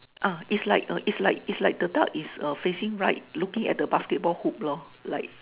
ah it's like uh it's like it's like the duck is facing right looking at the basketball hoop lor like